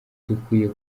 dukwiye